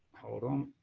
hold on,